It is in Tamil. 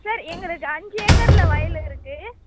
சார் எங்களுக்கு அஞ்சு ஏக்கரில் வயல் இருக்கு